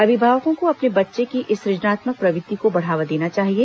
अभिभावकों को अपने बच्चे की इस सुजनात्मक प्रवृत्ति को बढ़ावा देना चाहिए